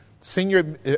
Senior